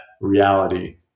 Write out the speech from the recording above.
reality